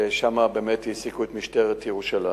ושם באמת העסיקו את משטרת ירושלים.